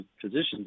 physician's